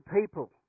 people